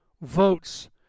votes